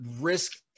risk